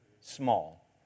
small